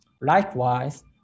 Likewise